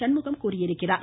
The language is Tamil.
சண்முகம் தெரிவித்துள்ளார்